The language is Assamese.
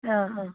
অঁ অঁ